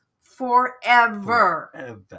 forever